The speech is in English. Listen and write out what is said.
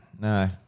no